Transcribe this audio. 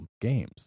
games